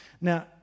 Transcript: now